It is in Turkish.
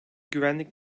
güvenlik